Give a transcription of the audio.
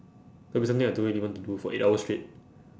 that'll be something I don't really want to do for eight hours straight